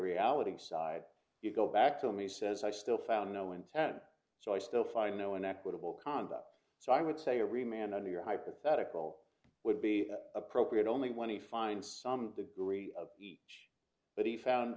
materiality side you go back to me says i still found no intent so i still find no inequitable conduct so i would say a real man under your hypothetical would be appropriate only when he finds some degree of that he found